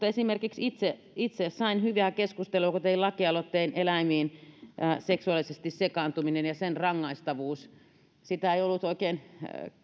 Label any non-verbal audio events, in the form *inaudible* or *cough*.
*unintelligible* esimerkiksi itse itse sain hyviä keskusteluja kun tein lakialoitteen eläimiin seksuaalisesti sekaantumisen rangaistavuudesta sitä ei ollut oikein